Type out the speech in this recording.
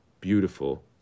beautiful